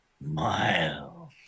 Miles